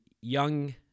young